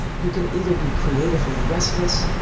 you can either be creatively restless,